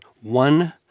one